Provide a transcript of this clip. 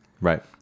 Right